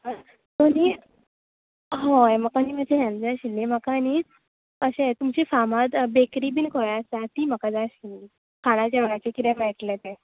so नी हय म्हाका नी मात्शी हॅल्प जाय आशिल्ली म्हाका नी अशें तुमची फामाद बेकरी बीन खय आसा ती म्हाका जाय आशिल्ली खाणा जेवणाचें कितें मेळटले तें